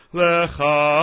Lecha